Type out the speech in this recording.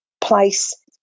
place